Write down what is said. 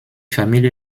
familie